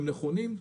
הם נכונים,